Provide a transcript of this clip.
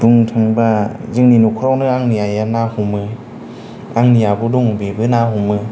बुंनो थांबा जोंनि न'खरावनो आंनि आइआ ना हमो आंनि आब' दङ बेबो ना हमो